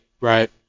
right